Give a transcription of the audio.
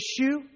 issue